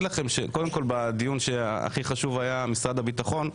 בדיון שהכי חשוב היה שיהיה בו משרד הביטחון,